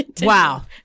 Wow